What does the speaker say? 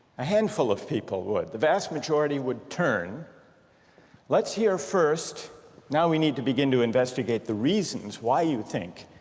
a handful of people would, the vast majority would turn let's hear first now we need to begin to investigate the reasons why you think